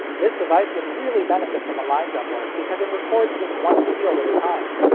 this device would really benefit from a line doubler, because it records just one field at a time.